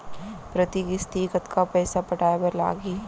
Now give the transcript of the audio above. प्रति किस्ती कतका पइसा पटाये बर लागही?